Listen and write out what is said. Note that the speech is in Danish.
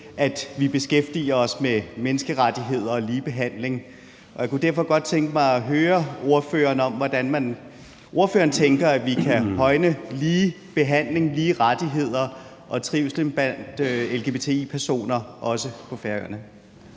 at vi beskæftiger os med menneskerettigheder og ligebehandling, og jeg kunne derfor godt tænke mig at høre ordføreren om, hvordan ordføreren tænker at vi kan højne ligebehandling, lige rettigheder og trivsel blandt lgbti-personer, også på Færøerne.